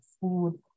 food